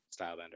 Stylebender